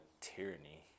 tyranny